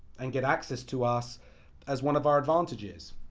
and get access to us as one of our advantages.